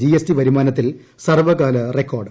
G S T വരുമാനത്തിൽ സർവ്വകാല record